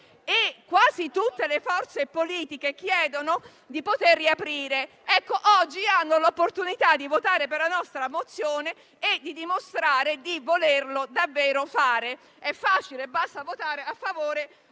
Quasi tutte le forze politiche chiedono di poter riaprire. Oggi hanno l'opportunità di votare per la nostra mozione e di dimostrare di volerlo davvero fare. È facile. Basta votare a favore o contro.